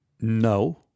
No